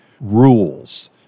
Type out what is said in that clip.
rules